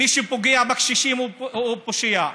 מי שמפלה נכים הוא פושע מלחמה,